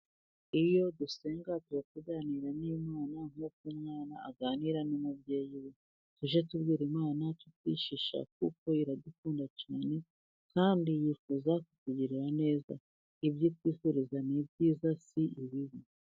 Iyo dusenga tuba tuganira n' Imana ,nk'uko umwana aganira n'umubyeyi we . Tujye tubwira Imana tutishisha kuko iradukunda cyane ,kandi yifuza kutugirira neza . Ibyo itwifuriza ni ibyiza si ibibi.